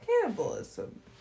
Cannibalism